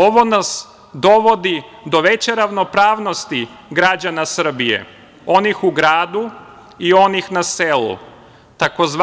Ovo nas dovodi do veće ravnopravnosti građana Srbije onih u gradu i onih na selu tzv.